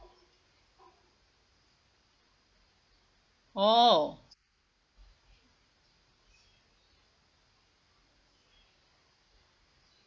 oh